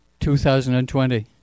2020